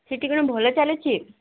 ସେଠି କ'ଣ ଭଲ ଚାଲିଛି